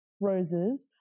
roses